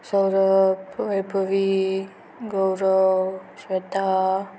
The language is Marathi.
सौरभ वैपवी गौरव श्वेता